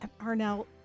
Arnell